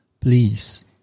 please